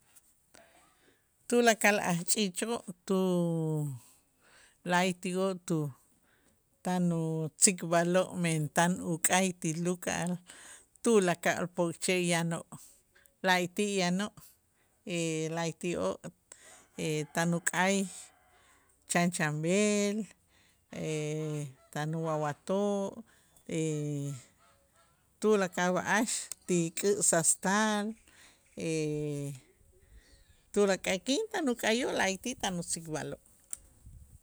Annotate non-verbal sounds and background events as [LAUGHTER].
Tulakal ajch'iich'oo' tu la'ayti'oo' tu tan utzikb'aloo' men tan uk'ay ti luk'a'al tulakal pokche' yanoo' la'ayti' yanoo' [HESITATION] la'ayti'oo' [HESITATION] tan uk'ay chanchab'el [HESITATION] tan uwawatoo' [HESITATION] tulakal b'a'ax ti k'ä' sastal [HESITATION] tulakal k'in tan uk'ayoo' la'ayti' tan utzikb'aloo'.